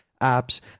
apps